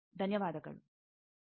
ಧನ್ಯವಾದಗಳು